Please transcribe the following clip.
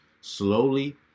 slowly